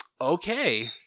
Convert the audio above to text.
okay